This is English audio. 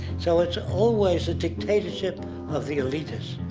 so it's always a dictatorship of the elitist,